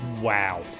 wow